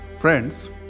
Friends